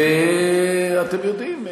ואתם יודעים,